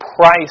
price